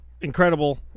incredible